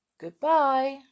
Goodbye